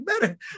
better